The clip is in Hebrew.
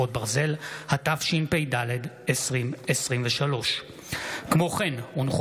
חרבות ברזל), התשפ"ד 2023, הצעת